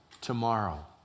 tomorrow